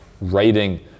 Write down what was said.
writing